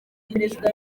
perezida